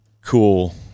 cool